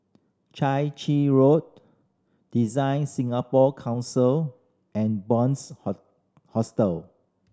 Chai Chee Road DesignSingapore Council and Hostel